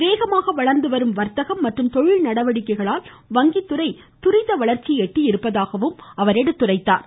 வேகமாக வளர்ந்துவரும் வர்த்தகம் மற்றும் தொழில் நடவடிக்கைகளால் வங்கித்துறை துரித வளர்ச்சியை எட்டியிருப்பதாக எடுத்துரைத்தார்